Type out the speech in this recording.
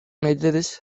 ederiz